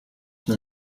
men